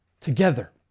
together